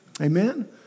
Amen